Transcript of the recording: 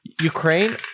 Ukraine